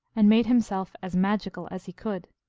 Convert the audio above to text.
and made himself as magical as he could.